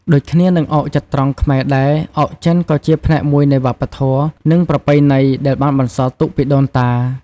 ដូចគ្នានឹងអុកចត្រង្គខ្មែរដែរ អុកចិនក៏ជាផ្នែកមួយនៃវប្បធម៌ និងប្រពៃណីដែលបានបន្សល់ទុកពីដូនតា។